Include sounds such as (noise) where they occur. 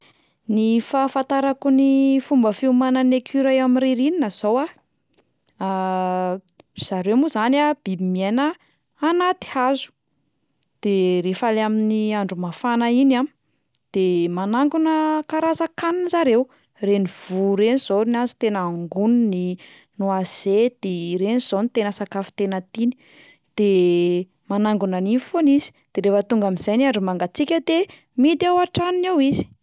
Ny fahafantarako ny fomba fiomanan'ny écureuils amin'ny ririnina zao a, (hesitation) ry zareo moa zany a biby miaina anaty hazo, de rehefa 'lay amin'ny andro mafana iny a, de manangona karazan-kanina zareo, reny voa reny zao ny azy tena angoniny, noisette i, ireny zao ny tena sakafo tena tiany, de (hesitation) manangona an'iny foana izy, de rehefa tonga amin'izay ny andro mangatsiaka de mihidy ao an-tranony ao izy.